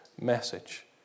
message